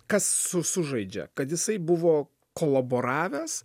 kas su sužaidžia kad jisai buvo kolaboravęs